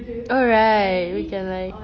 oh right we can like